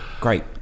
great